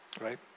right